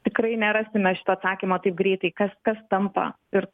tikrai nerasime atsakymo taip greitai kas kas tampa ir